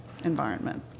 environment